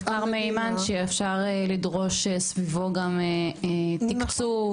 מחקר מהימן שאפשר לדרוש סביבו גם תקצוב,